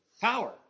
power